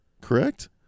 correct